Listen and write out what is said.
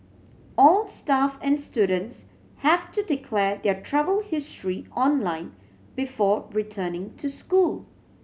all staff and students have to declare their travel history online before returning to school